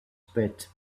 pet